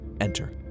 enter